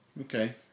Okay